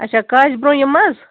اَچھا کاج برٛونٛہہ یِما